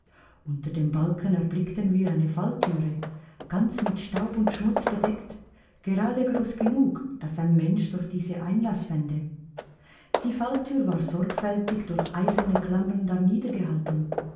unter den balken erblickten wir eine falltüre ganz mit staub und schmutz bedeckt gerade groß genug daß ein mensch durch diese einlaß fände die falltür war sorgfältig durch eiserne klammern